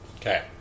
Okay